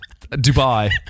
Dubai